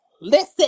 listen